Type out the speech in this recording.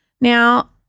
Now